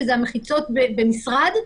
שזה המחיצות במשרד.